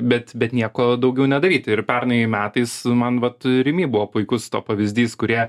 bet bet nieko daugiau nedaryti ir pernai metais man vat rimi buvo puikus to pavyzdys kurie